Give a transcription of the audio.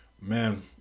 Man